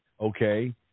okay